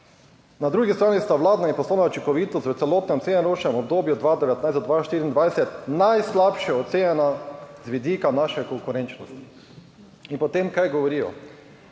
Na drugi strani sta vladna in poslovna učinkovitost v celotnem srednjeročnem obdobju od 2019 do 2024 najslabše ocenjeni z vidika naše konkurenčnosti. In potem govorijo: